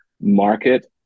market